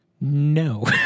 No